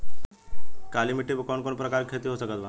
काली मिट्टी पर कौन कौन प्रकार के खेती हो सकत बा?